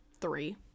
three